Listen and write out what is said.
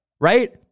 right